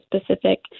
specific